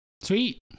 Sweet